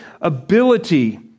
ability